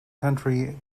country